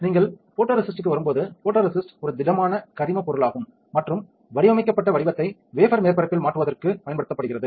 நீங்கள் போட்டோரேசிஸ்ட்க்கு வரும்போது போட்டோரேசிஸ்ட் ஒரு திடமான கரிமப் பொருளாகும் மற்றும் வடிவமைக்கப்பட்ட வடிவத்தை வேபர் மேற்பரப்பில் மாற்றுவதற்குப் பயன்படுத்தப்படுகிறது